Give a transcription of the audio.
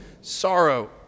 sorrow